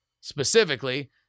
Specifically